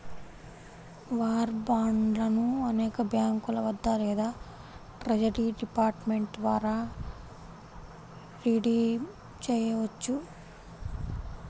war బాండ్లను అనేక బ్యాంకుల వద్ద లేదా ట్రెజరీ డిపార్ట్మెంట్ ద్వారా రిడీమ్ చేయవచ్చు